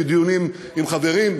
בדיונים עם חברים,